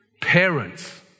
Parents